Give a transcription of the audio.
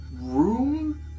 room